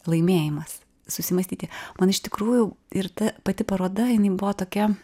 laimėjimas susimąstyti man iš tikrųjų ir ta pati paroda jinai buvo tokia